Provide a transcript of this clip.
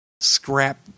scrap